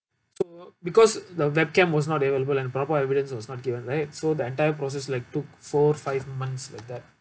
so because the webcam was not available and proper evidence was not given right so the entire process like took four five months like that